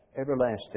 everlasting